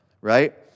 Right